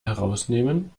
herausnehmen